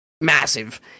massive